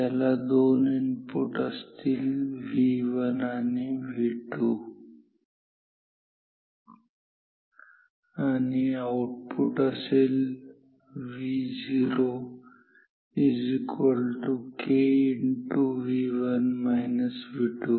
याला दोन इनपुट असतील V1 आणि V2 आणि आऊटपुट असेल Vok